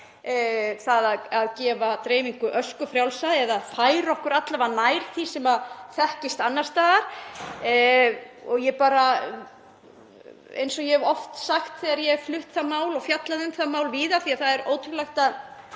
það að gefa dreifingu ösku frjálsa eða færa okkur alla vega nær því sem þekkist annars staðar. Eins og ég hef oft sagt þegar ég hef flutt það mál og fjallað um það mál víða — því að það er ótrúlegt að